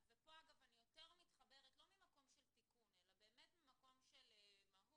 כאן אני יותר מתחברת - לא ממקום של תיקון אלא באמת ממקום של מהות